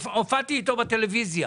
הופעתי איתו בטלוויזיה,